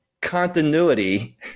continuity